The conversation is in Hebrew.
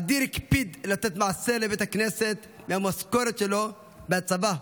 אדיר הקפיד לתת מעשר לבית הכנסת מהמשכורת שלו מהצבא,